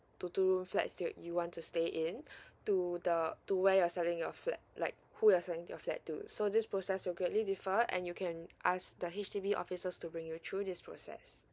to two room flat that you want to stay in to the to where you're selling your flat like who has selling your flat to so this process will greatly differ and you can ask the H_D_B officers to bring you through this process